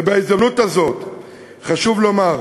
ובהזדמנות הזאת חשוב לומר,